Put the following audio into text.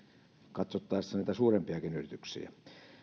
katsottaessa niitä suurempiakin yrityksiä